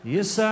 Yes